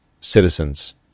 citizens